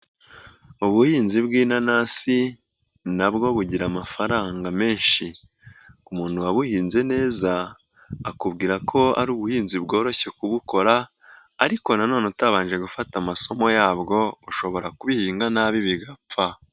Ubuhinzi bw'inanasi na bwo bugira amafaranga menshi. Umuntu wabuhinze neza akubwira ko ari ubuhinzi bworoshye kubukora ariko na none utabanje gufata amasomo yabwo ushobora kubihinga nabi bigapfa.